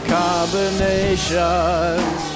combinations